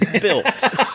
built